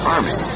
Army